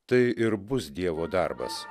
tai ir bus dievo darbas